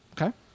Okay